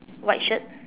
white shirt